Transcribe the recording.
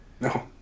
No